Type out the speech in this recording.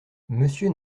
monsieur